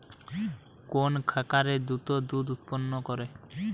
কোন খাকারে দ্রুত দুধ উৎপন্ন করে?